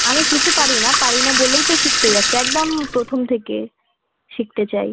আমি কিছু পারি না পারি না বলেই তো শিখতে যাচ্ছি একদম প্রথম থেকে শিখতে চাই